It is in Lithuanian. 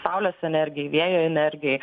saulės energijai vėjo energijai